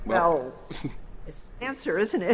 well answer isn't it